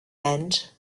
and